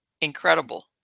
Incredible